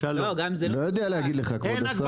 לא יודע להגיד לך, כבוד השר.